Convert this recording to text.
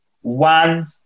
one